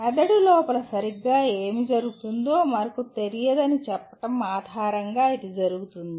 మెదడు లోపల సరిగ్గా ఏమి జరుగుతుందో మనకు తెలియదని చెప్పడం ఆధారంగా ఇది జరుగుతుంది